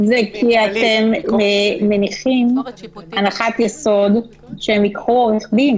זה כי אתם מניחים הנחת יסוד שהם ייקחו עורך דין,